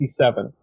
1957